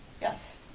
Yes